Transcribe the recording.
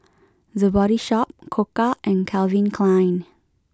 the Body Shop Koka and Calvin Klein